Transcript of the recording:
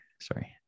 sorry